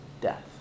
death